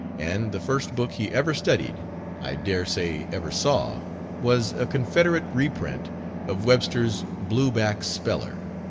and the first book he ever studied i dare say ever saw was a confederate reprint of webster's blueback speller.